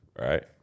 right